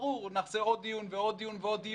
ברור, נעשה עוד דיון ועוד דיון.